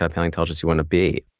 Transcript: ah paleontologist you want to be.